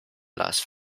las